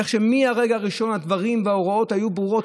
איך שמהרגע הראשון הדברים וההוראות היו ברורים.